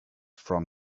from